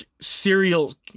serial